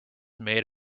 made